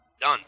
Done